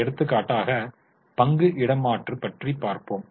எடுத்துக்காட்டாக பங்கு இடமாற்று பற்றி பார்ப்போம்